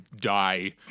die